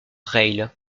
rail